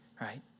right